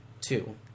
two